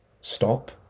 stop